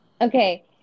Okay